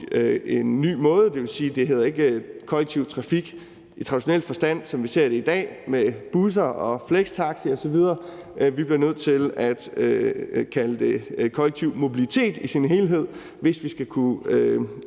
en ny måde. Det vil sige, at det ikke hedder kollektiv trafik i traditionel forstand, som vi ser det i dag med busser og flextaxi osv. Vi bliver nødt til at kalde det kollektiv mobilitet i sin helhed, hvis vi skal kunne